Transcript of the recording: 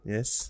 Yes